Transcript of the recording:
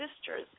sisters